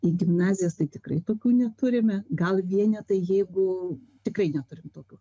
į gimnazijas tai tikrai tokių neturime gal vienetai jeigu tikrai neturim tokių